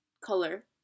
color